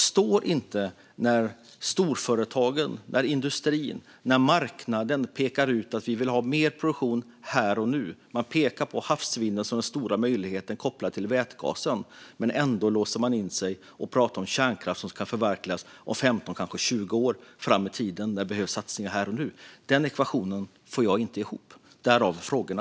Storföretagen, industrin och marknaden säger att man vill ha mer produktion här och nu och pekar på havsvinden som den stora möjligheten kopplat till vätgasen. Ändå låser man in sig och pratar om kärnkraft som ska förverkligas 15, kanske 20 år fram i tiden när det behövs satsningar här och nu. Den ekvationen får jag inte ihop - därav frågorna.